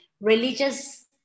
religious